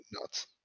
nuts